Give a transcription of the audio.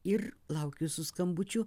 ir laukiu jūsų skambučių